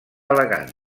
elegant